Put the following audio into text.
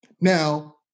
Now